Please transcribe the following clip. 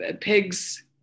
pigs